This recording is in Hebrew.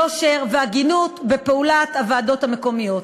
יושר והגינות בפעולת הוועדות המקומיות.